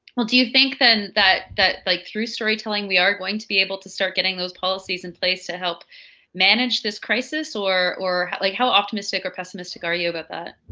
do you think then that that like through story telling we are going to be able to start getting those policies in place to help manage this crisis, or or like how optimistic or pessimistic are you about that?